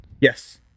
Yes